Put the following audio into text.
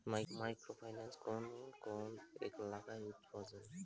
Micro finance কোন কোন এলাকায় উপলব্ধ?